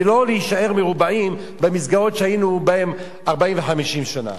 ולא להישאר מרובעים במסגרות שהיינו בהן 40 ו-50 שנה.